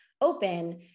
open